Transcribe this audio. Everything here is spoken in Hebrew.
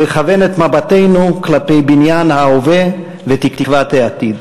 ולכוון את מבטנו כלפי בניין ההווה ותקוות העתיד.